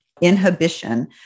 inhibition